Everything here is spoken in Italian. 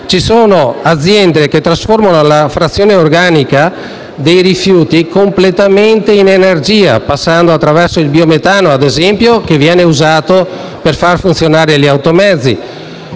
Ci sono aziende che trasformano la frazione organica dei rifiuti completamente in energia, passando ad esempio attraverso il biometano, che viene usato per far funzionare gli automezzi.